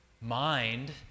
mind